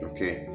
Okay